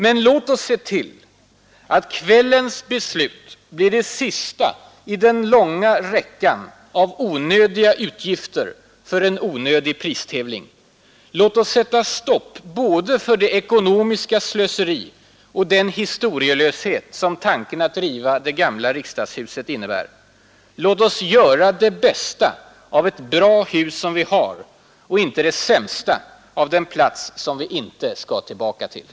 Men låt oss se till att kvällens beslut blir det sista i den långa räckan av onödiga utgifter för en onödig pristävling. Låt oss sätta stopp både för det ekonomiska slöseri och den historielöshet som tanken att riva det gamla riksdagshuset innebär. Låt oss göra det bästa av ett bra hus som vi har, och inte det sämsta av den plats som vi inte skall tillbaka till.